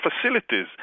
facilities